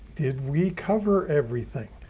did we cover everything?